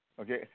okay